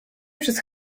przez